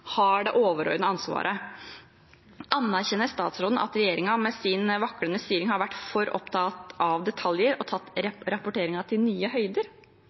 har det overordnede ansvaret. Anerkjenner statsråden at regjeringen med sin vaklende styring har vært for opptatt av detaljer og har tatt rapporteringen til nye høyder?